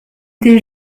des